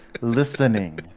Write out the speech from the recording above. listening